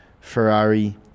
Ferrari